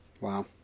Wow